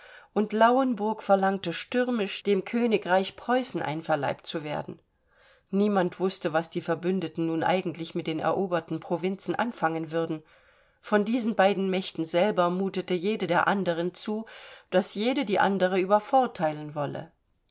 und lauenburg verlangte stürmisch dem königreich preußen einverleibt zu werden niemand wußte was die verbündeten nun eigentlich mit den eroberten provinzen anfangen würden von diesen beiden mächten selber mutete jede der anderen zu daß jede die andere übervorteilen wolle